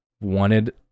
wanted